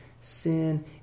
Sin